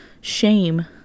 shame